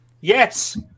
Yes